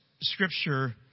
scripture